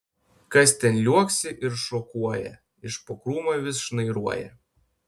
kas ten liuoksi ir šokuoja iš po krūmo vis šnairuoja